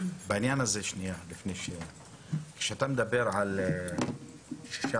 בעניין הזה, כשאתה מדבר על 16,